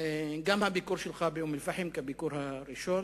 גם על הביקור שלך באום-אל-פחם כביקור הראשון,